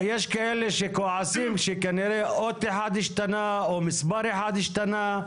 יש כאלה שכועסים שכנראה אות אחת השתנתה או מספר אחד השתנה.